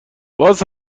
باز